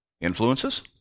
influences